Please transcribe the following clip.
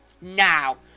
now